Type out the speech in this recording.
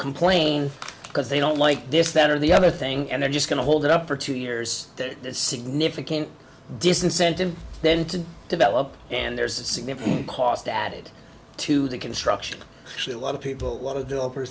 complain because they don't like this that or the other thing and they're just going to hold it up for two years that there's significant disincentive then to develop and there's a significant cost added to the construction actually a lot of people